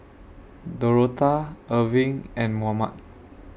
Dorotha Erving and Mohammed